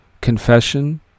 Confession